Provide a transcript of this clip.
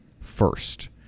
first